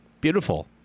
Beautiful